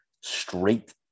straight